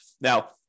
Now